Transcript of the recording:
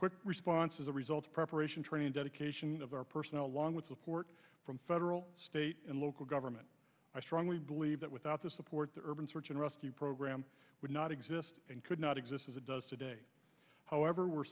quick response is a result of preparation training dedication of our personnel along with support from federal state and local government i strongly believe that without the support the urban search and rescue program would not exist and could not exist as it does today however we're